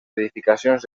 edificacions